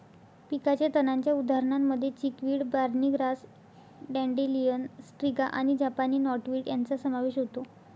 पिकाच्या तणांच्या उदाहरणांमध्ये चिकवीड, बार्नी ग्रास, डँडेलियन, स्ट्रिगा आणि जपानी नॉटवीड यांचा समावेश होतो